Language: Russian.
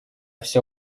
все